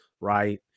right